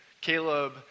Caleb